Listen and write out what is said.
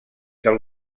del